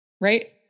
right